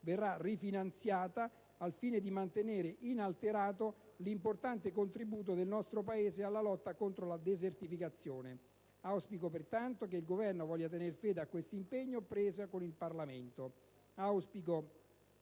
verrà rifinanziata, al fine di mantenere inalterato l'importante contributo del nostro Paese alla lotta contro la desertificazione. Auspico pertanto che il Governo voglia tener fede a questo impegno preso con il Parlamento.